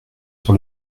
sur